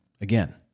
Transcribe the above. Again